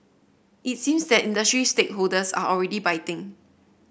it seems that industry stakeholders are already biting